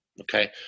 Okay